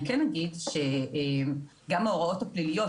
אני כן אגיד שגם ההוראות הפליליות,